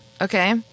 okay